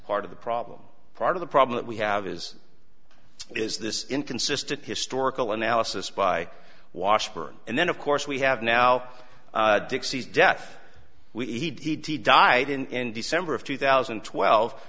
part of the problem part of the problem that we have is is this inconsistent historical analysis by washburn and then of course we have now dixie's death we he died in december of two thousand and twelve